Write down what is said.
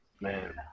Man